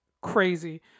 crazy